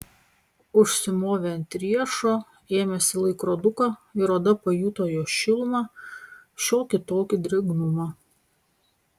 užsimovė ant riešo ėmėsi laikroduką ir oda pajuto jo šilumą šiokį tokį drėgnumą